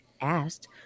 asked